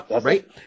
Right